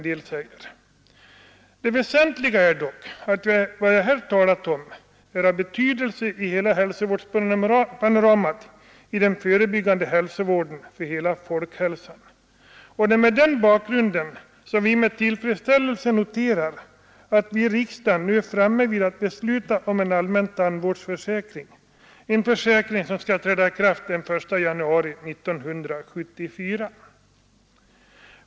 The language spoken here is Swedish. Det väsentliga är dock att vad jag här talat om är av betydelse för hela den förebyggande hälsovården och för hela folkhälsan. Mot denna bakgrund noterar vi med tillfredsställelse att vi i riksdagen nu har kommit så långt att vi skall besluta om en allmän tandvårdsförsäkring, vilken skall träda i kraft den 1 januari 1974.